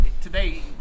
Today